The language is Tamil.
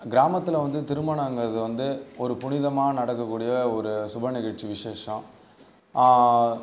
கிராமத்தில் வந்து திருமணங்கிறது வந்து ஒரு புனிதமாக நடக்கக் கூடிய ஒரு சுப நிகழ்ச்சி விஷேசம்